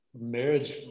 marriage